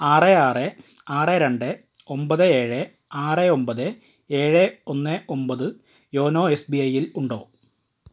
ആറ് ആറ് ആറ് രണ്ട് ഒമ്പത് ഏഴ് ആറ് ഒമ്പത് ഏഴ് ഒന്ന് ഒമ്പത് യോനോ എസ് ബി ഐയിൽ ഉണ്ടോ